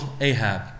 Ahab